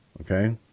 okay